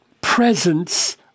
presence